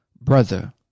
Brother